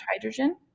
hydrogen